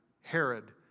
Herod